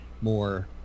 more